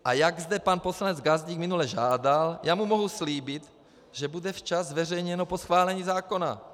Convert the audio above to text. A jak zde pan poslanec Gazdík minule žádal, já mu mohu slíbit, že bude včas zveřejněno po schválení zákona.